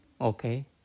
okay